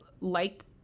liked